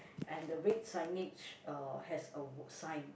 and the red signage uh has a sign